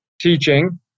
teaching